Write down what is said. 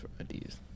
ideas